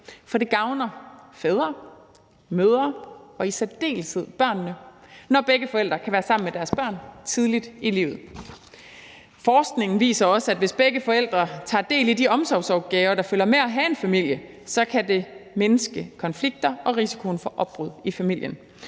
for det gavner fædre, mødre og i særdeleshed børnene, når begge forældre kan være sammen med deres børn tidligt i livet. Forskningen viser også, at hvis begge forældre tager del i de omsorgsopgaver, der følger med det at have en familie, kan det mindske konflikter og risikoen for opbrud i familien,